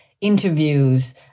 interviews